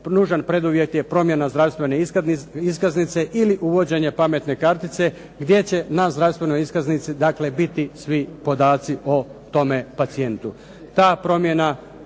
nužan preduvjet je promjena zdravstvene iskaznice ili uvođenje pametne kartice gdje će na zdravstvenoj iskaznici dakle biti svi podaci o tome pacijentu.